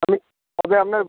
আপনি কবে আপনার